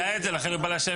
הוא ידע את זה, לכן ישב פה.